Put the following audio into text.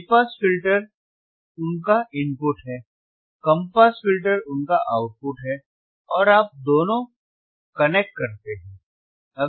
high pass filter उनका input है कम पास फिल्टर उनका आउटपुट है और आप दोनों कनेक्ट करते हैं